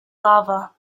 lava